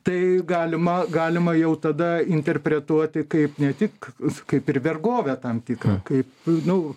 tai galima galima jau tada interpretuoti kaip ne tik kaip ir vergovę tam tikrą kaip nu